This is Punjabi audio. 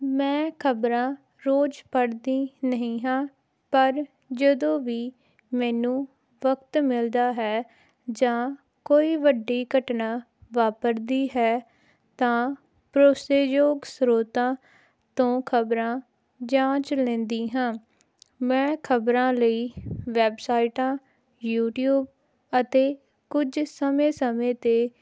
ਮੈਂ ਖ਼ਬਰਾਂ ਰੋਜ਼ ਪੜ੍ਹਦੀ ਨਹੀਂ ਹਾਂ ਪਰ ਜਦੋਂ ਵੀ ਮੈਨੂੰ ਵਕਤ ਮਿਲਦਾ ਹੈ ਜਾਂ ਕੋਈ ਵੱਡੀ ਘਟਨਾ ਵਾਪਰਦੀ ਹੈ ਤਾਂ ਭਰੋਸੇਯੋਗ ਸਰੋਤਾਂ ਤੋਂ ਖ਼ਬਰਾਂ ਜਾਂਚ ਲੈਂਦੀ ਹਾਂ ਮੈਂ ਖ਼ਬਰਾਂ ਲਈ ਵੈਬਸਾਈਟਾਂ ਯੂਟੀਊਬ ਅਤੇ ਕੁਝ ਸਮੇਂ ਸਮੇਂ 'ਤੇ